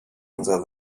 unserer